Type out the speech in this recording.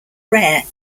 rare